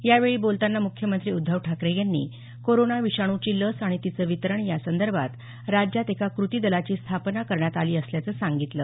या वेळी बोलताना मुख्यमंत्री उद्धव ठाकरे यांनी कोरोना विषाणूची लस आणि तिचं वितरण यासंदर्भात राज्यात एका कृती दलाची स्थापना करण्यात आली असल्याचं सांगितलं